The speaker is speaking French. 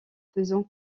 faisant